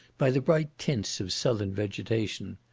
by the bright tints of southern vegetation.